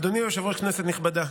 אדוני היושב-ראש, כנסת נכבדה,